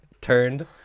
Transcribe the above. turned